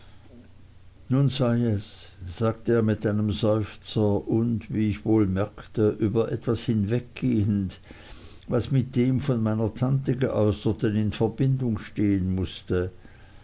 nun sei es sagte er mit einem seufzer und wie ich wohl merkte über etwas hinweggehend was mit dem von meiner tante geäußerten in verbindung stehen mußte